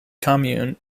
commune